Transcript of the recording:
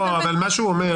מה שהוא אומר